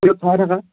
থাকা